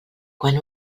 quan